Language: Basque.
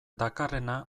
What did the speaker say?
dakarrena